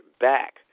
back